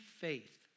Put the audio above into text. faith